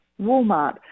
Walmart